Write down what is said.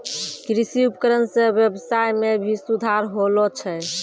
कृषि उपकरण सें ब्यबसाय में भी सुधार होलो छै